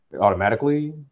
automatically